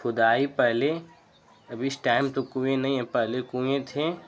खुदाई पहले अब इस टाइम तो कुएँ नहीं हैं पहले कुएँ थे